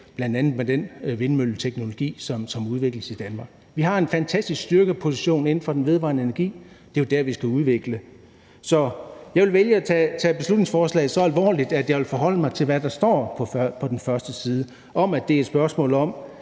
med, bl.a. med den vindmølleteknologi, som udvikles i Danmark. Vi har en fantastisk styrkeposition inden for den vedvarende energi. Det er jo der, vi skal udvikle. Så jeg vil vælge at tage beslutningsforslaget så alvorligt, at jeg vil forholde mig til, hvad der står på den første side, nemlig at det er et spørgsmål om,